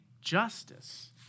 justice